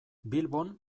bilbon